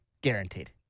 Guaranteed